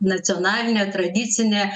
nacionalinė tradicinė